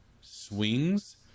swings